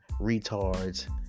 retards